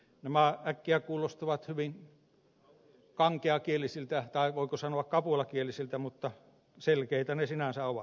nämä äkkiä kuulostavat hyvin kankeakielisiltä tai voiko sanoa kapulakielisiltä mutta selkeitä ne sinänsä ovat